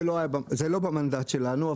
זה לא במנדט שלנו.